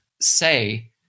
say